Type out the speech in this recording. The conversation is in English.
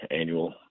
annual